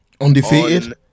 Undefeated